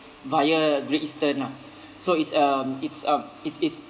via great eastern ah so it's um it's um it's it's